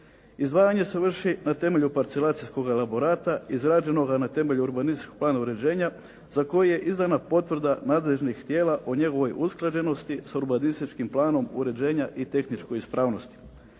Izdvajanje se vrši na temelju parcelacijskoga elaborata izrađenoga na temelju urbanističkog plana uređenja za koji je izdana potvrda nadležnih tijela o njegovoj usklađenosti s urbanističkim planom uređenja i tehničkoj ispravnosti.